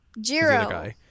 Jiro